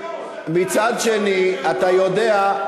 אתה יודע,